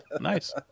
Nice